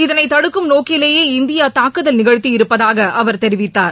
இதனை தடுக்கும் நோக்கிலேயே இந்தியா தாக்குதல் நிகழ்த்தியிருப்பதாக அவர் தெரிவித்தார்